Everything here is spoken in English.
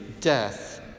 death